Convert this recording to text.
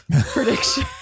prediction